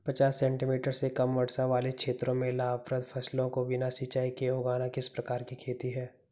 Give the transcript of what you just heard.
पचास सेंटीमीटर से कम वर्षा वाले क्षेत्रों में लाभप्रद फसलों को बिना सिंचाई के उगाना किस प्रकार की खेती है?